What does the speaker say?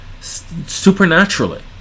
supernaturally